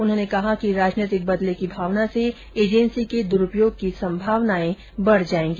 उन्होंने कहा कि राजनीतिक बदले की भावना से एजेंसी के द्रूरपयोग की संभावना बढ़ जाएगी